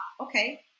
Okay